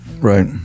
right